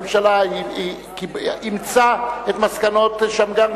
הממשלה אימצה את מסקנות ועדת-שמגר,